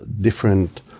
different